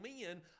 men